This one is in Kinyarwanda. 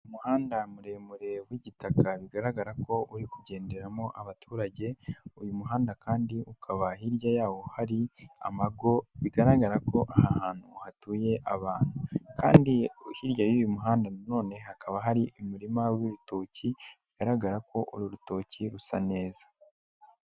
Umuhanda muremure w'igitaka bigaragara ko uri kugenderamo abaturage, uyu muhanda kandi ukaba hirya yawo hari amago, bigaragara ko aha hantu hatuye abantu kandi hirya y'uyu muhanda nanone hakaba hari umurima w'ibitoki bigaragara ko uru rutoki rusa neza.